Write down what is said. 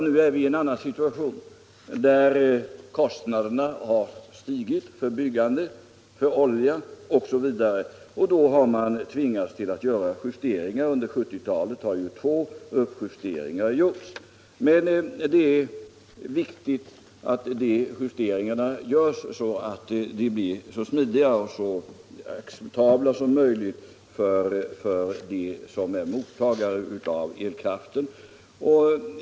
Nu är vi i en annan situation, där kostnaderna har stigit för byggande, för olja osv., och då har man tvingats göra justeringar. Under 1970-talet har två uppjusteringar gjorts. Men det är viktigt att de justeringarna görs så att de blir så smidiga och acceptabla som möjligt för dem som är mottagare av elkraften.